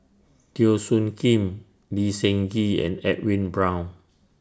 Teo Soon Kim Lee Seng Gee and Edwin Brown